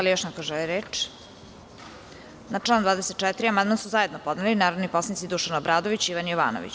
Da li još neko želi reč? (Ne) Na član 24. amandman su zajedno podneli narodni poslanici Dušan Obradović i Ivan Jovanović.